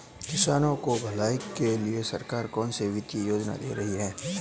किसानों की भलाई के लिए सरकार कौनसी वित्तीय योजना दे रही है?